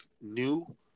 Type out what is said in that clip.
new